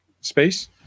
space